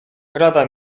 rada